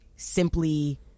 simply